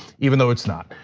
even though it's not.